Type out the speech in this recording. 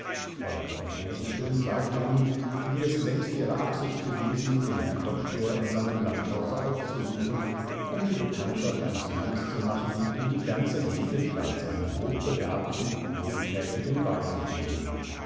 fräulein von rosenschön sagte nun wie es längst ihre absicht gewesen den herrn doktor in seinem landhause aufzusuchen um die bekanntschaft eines mannes zu machen den die ganze gegend als einen hochbegabten wohltätigen weisen rühme